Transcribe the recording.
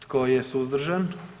Tko je suzdržan?